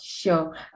Sure